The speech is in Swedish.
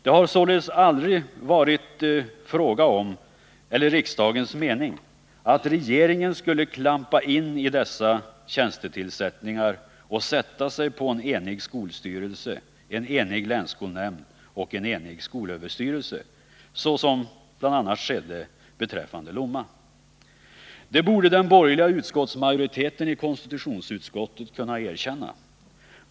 Det har således aldrig varit riksdagens mening att regeringen skulle klampa in i dessa tjänstetillsättningsärenden och sätta sig på en enig skolstyrelse, en enig länsskolnämnd och en enig skolöverstyrelse, som skedde bl.a. i Lommaärendet. Det borde den borgerliga utskottsmajoriteten i konstitutionsutskottet ha kunnat erkänna.